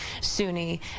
Sunni